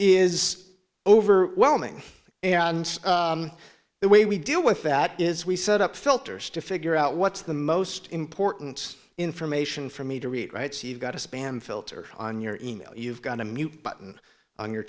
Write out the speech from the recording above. s overwhelming and the way we deal with that is we set up filters to figure out what's the most important information for me to read right so you've got a spam filter on your e mail you've got a mute button on your